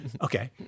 Okay